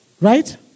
right